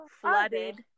flooded